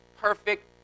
perfect